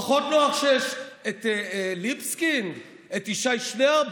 פחות נוח שיש את ליבסקינד, את ישי שנרב.